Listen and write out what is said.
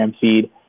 feed